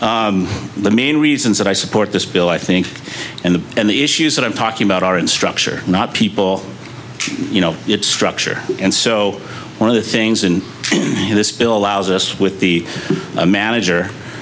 the main reasons that i support this bill i think in the end the issues that i'm talking about are in structure not people you know it's structure and so one of the things in this bill allows us with the a manager